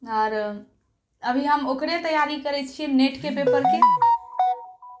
आओर अभी हम ओकरे तैआरी करै छिए नेटके पेपरके